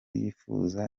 yifuza